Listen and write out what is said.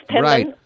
Right